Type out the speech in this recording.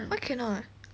why cannot